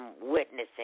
witnessing